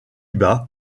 bas